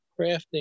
crafting